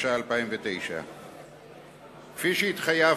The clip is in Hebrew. התש"ע 2009. כפי שהתחייבנו,